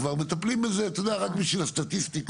כבר מטפלים בזה רק בשביל הסטטיסטיקות.